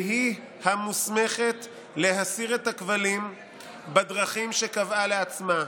והיא המוסמכת להסיר את הכבלים בדרכים שקבעה לעצמה".